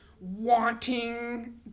wanting